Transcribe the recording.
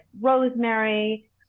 rosemary